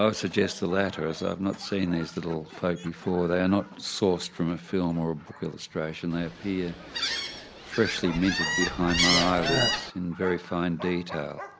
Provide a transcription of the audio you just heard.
suggest the latter as i've not seen these little folk before, they are not sourced from a film or a book illustration they appear freshly minted behind my eyelids in very fine detail.